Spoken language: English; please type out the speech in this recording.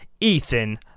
Ethan